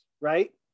right